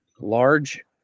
large